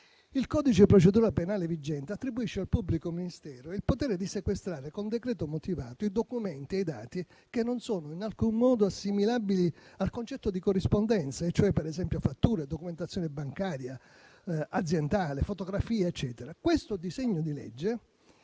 Il codice di procedura penale vigente attribuisce al pubblico ministero il potere di sequestrare, con decreto motivato, i documenti e i dati che non sono in alcun modo assimilabili al concetto di corrispondenza, per esempio fatture, documentazione bancaria e aziendale, fotografie, eccetera. Questo disegno di legge